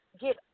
get